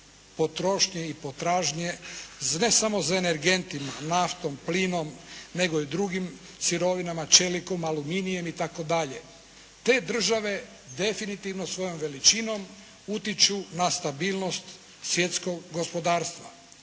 potrošnje i potražnje, ne samo za energentima, naftom, plinom nego i drugim sirovinama, čeliku, aluminijem itd.. Te države definitivno svojom veličinom utječu na stabilnost svjetskog gospodarstva.